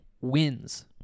wins